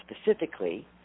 specifically